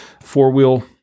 four-wheel